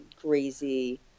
greasy